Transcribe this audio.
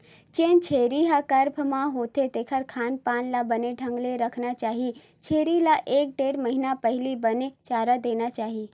जेन छेरी ह गरभ म होथे तेखर खान पान ल बने ढंग ले रखना चाही छेरी ल एक ढ़ेड़ महिना पहिली बने चारा देना चाही